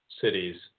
cities